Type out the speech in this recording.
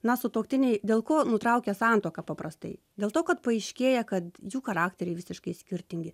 na sutuoktiniai dėl ko nutraukia santuoką paprastai dėl to kad paaiškėja kad jų charakteriai visiškai skirtingi